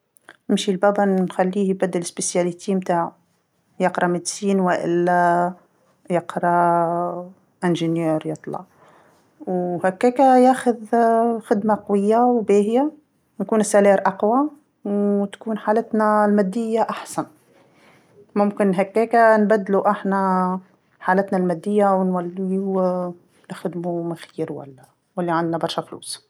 نمشي لبابا نخليه يبدل التخصص متاعو، يقرا طب وإلا يقرا مهندس يطلع، وهكاكا ياخذ خدمه قويه وباهيه، يكون الأجر أقوى و- تكون حالتنا الماديه أحسن ممكن هكاكا نبدلو أحنا حالتنا الماديه ونوليو نخدمو ما خير ولا- ولا عنا برشا فلوس.